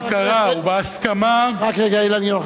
חבר הכנסת, בהכרה ובהסכמה, רק רגע, אילן גילאון.